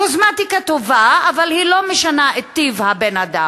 קוסמטיקה טובה, אבל היא לא משנה את טיב הבן-אדם.